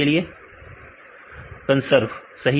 विद्यार्थी कंजरफ कंजरफ सही है